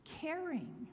caring